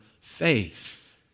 faith